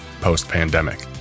post-pandemic